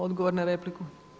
Odgovor na repliku.